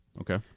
Okay